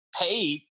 paid